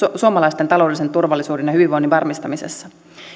suomalaisten taloudellisen turvallisuuden ja hyvinvoinnin varmistamisessa